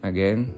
Again